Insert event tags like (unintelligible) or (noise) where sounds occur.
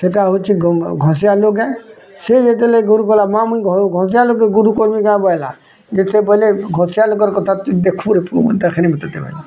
ସେଇଟା ହଉଛି ଘଷିଆ ଲୋକ୍ ହେଁ ସେ ଯେତେବେଲେ ଗୁରୁ କଲା ମା ମୁଇଁ ଘଷିଆ ଲୋକ୍ କେ ଗୁରୁ କରମି କାଁ ବୋଇଲା ଯେ ସେ ବୋଇଲେ ଘଷିଆ ଲୋକର୍ କଥା ତୁ ଦେଖବୁରେ ପୁଅ ମୁଇଁ ତତେ ଦେଖିନେବି (unintelligible)